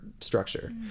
structure